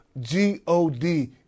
G-O-D